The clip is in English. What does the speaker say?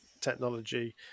technology